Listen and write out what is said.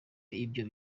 ibyo